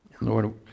Lord